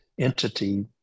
entity